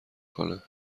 کنه